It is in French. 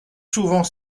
souvent